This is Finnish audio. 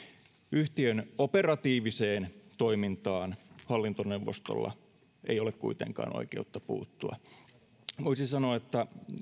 yhtiön operatiiviseen toimintaan hallintoneuvostolla ei ole kuitenkaan oikeutta puuttua voisin sanoa että